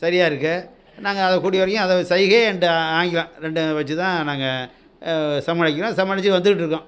சரியாக இருக்குது நாங்கள் அது கூடிய வரையும் அதை சைகை அண்டு ஆங்கிலம் ரெண்டும் வச்சிதான் நாங்கள் சாமளிக்கிறோம் சமாளித்து வந்துட்டுருக்கோம்